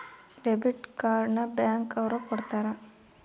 debit card ನ bank ಅವ್ರು ಕೊಡ್ತಾರ